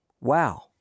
Wow